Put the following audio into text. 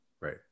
Right